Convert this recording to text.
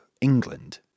England